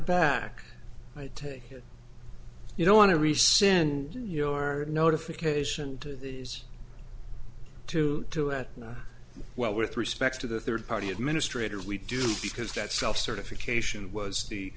back i take it you don't want to rescind your notification to two two at well with respect to the third party administrators we do because that self certification was the